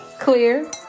clear